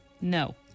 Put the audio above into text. No